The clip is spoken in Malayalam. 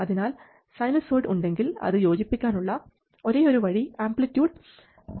അതിനാൽ സൈനുസോയ്ഡ് ഉണ്ടെങ്കിൽ അത് യോജിപ്പിക്കാൻ ഉള്ള ഒരേയൊരു വഴി ആംപ്ലിറ്റ്യൂഡ് 0